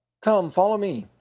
come, follow me.